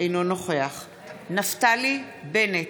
אינו נוכח נפתלי בנט,